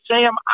Sam